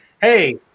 hey